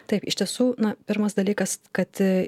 taip iš tiesų na pirmas dalykas kad